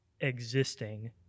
existing